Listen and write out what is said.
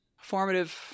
formative